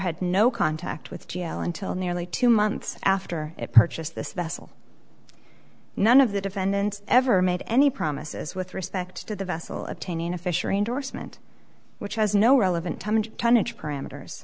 had no contact with g l until nearly two months after it purchased this vessel none of the defendants ever made any promises with respect to the vessel obtaining a fishery endorsement which has no relevant timed tonnage parameters